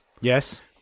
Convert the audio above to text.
yes